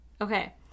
Okay